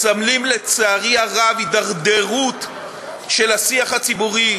מסמלים, לצערי הרב, הידרדרות של השיח הציבורי,